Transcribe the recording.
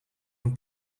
een